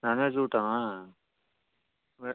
ನಾನ್ veg ಊಟವಾ